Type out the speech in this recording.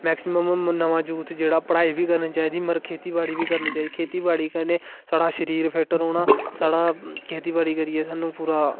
maximum नमां youth जेहडा़ पढा़ई बिच्च बी करनी चाहिदी पर खेतीबाडी़ बी करनी चाहिदी क्योकि खेतीबाडी़ कन्नै साढ़ा शरिर फिट रौंहना साढ़ा खेती बाडी़ करियै सानू पूरा